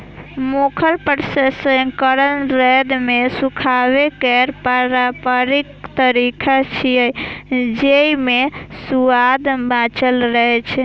सूखल प्रसंस्करण रौद मे सुखाबै केर पारंपरिक तरीका छियै, जेइ मे सुआद बांचल रहै छै